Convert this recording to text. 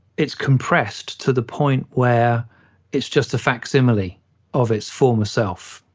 it's compressed to the point where it's just a facsimile of its former self.